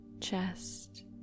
chest